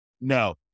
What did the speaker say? No